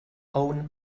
own